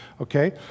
Okay